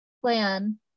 plan